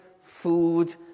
food